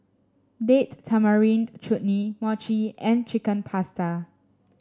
Date Tamarind Chutney Mochi and Chicken Pasta